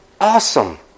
awesome